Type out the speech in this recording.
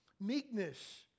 Meekness